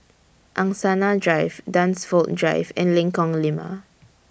Angsana Drive Dunsfold Drive and Lengkong Lima